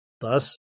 Thus